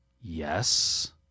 Yes